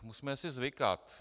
Musíme si zvykat.